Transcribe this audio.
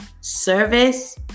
service